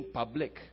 public